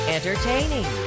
Entertaining